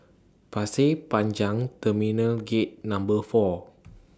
Pasir Panjang Terminal Gate Number four